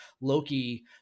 Loki